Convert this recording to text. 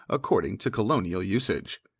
according to colonial usage.